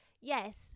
yes